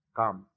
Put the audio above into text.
come